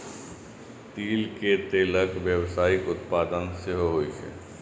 तिल के तेलक व्यावसायिक उत्पादन सेहो होइ छै